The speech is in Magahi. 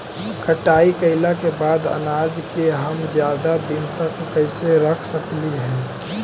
कटाई कैला के बाद अनाज के हम ज्यादा दिन तक कैसे रख सकली हे?